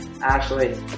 Ashley